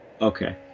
Okay